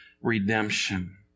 redemption